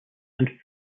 and